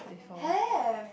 have